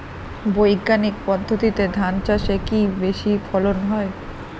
বৈজ্ঞানিক পদ্ধতিতে ধান চাষে কি বেশী ফলন হয়?